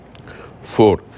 Four